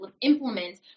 implement